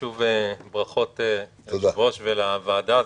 שוב ברכות ליושב-ראש ולוועדה.